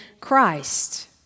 Christ